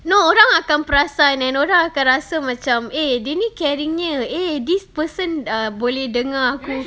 no orang akan perasan and orang akan rasa macam eh dia ni caring eh this person boleh dengar aku